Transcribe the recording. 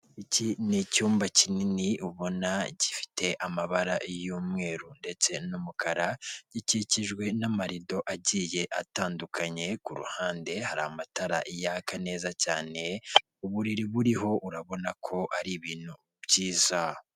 Iki ni icyumba kinini ubona gifite amabara y'umweru ndetse n'umukara, gikikijwe n'amarido agiye atandukanye ku ruhande hari amatara yaka neza cyane uburiri buriho urabona ko ari ibintu byiza.